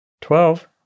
Twelve